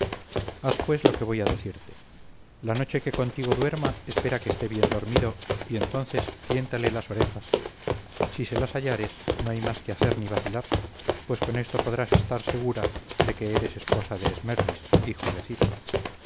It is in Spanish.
haz pues lo que voy a decirte la noche que contigo duerma espera que esté bien dormido y entonces tiéntale las orejas si se las hallares no hay más que hacer ni vacilar pues con esto podrás estar seguro de que eres esposa de esmerdis hijo de ciro